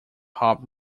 hop